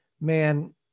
Man